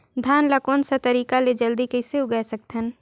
धान ला कोन सा तरीका ले जल्दी कइसे उगाय सकथन?